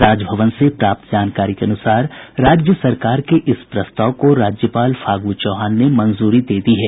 राजभवन से प्राप्त जानकारी के अनुसार राज्य सरकार के इस प्रस्ताव को राज्यपाल फागू चौहान ने मंजूरी दे दी है